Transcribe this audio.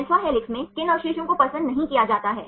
alpha helix में किन अवशेषों को पसंद नहीं किया जाता है